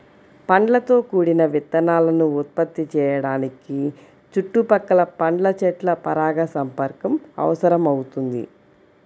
పండ్లతో కూడిన విత్తనాలను ఉత్పత్తి చేయడానికి చుట్టుపక్కల పండ్ల చెట్ల పరాగసంపర్కం అవసరమవుతుంది